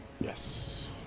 Yes